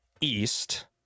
East